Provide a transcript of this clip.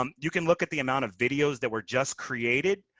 um you can look at the amount of videos that were just created.